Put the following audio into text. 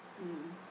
mm